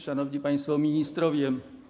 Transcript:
Szanowni Państwo Ministrowie!